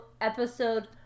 episode